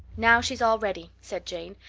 now, she's all ready, said jane.